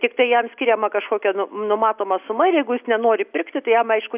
tiktai jam skiriama kažkokia numatoma suma ir jeigu jis nenori pirkti tai jam aišku